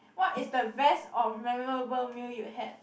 what is the best or memorable meal you had